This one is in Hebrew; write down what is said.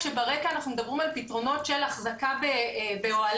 כשברקע אנחנו מדברים על פתרונות של החזקה באוהלים.